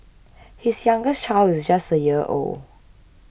his youngest child is just a year old